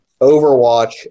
Overwatch